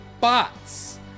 bots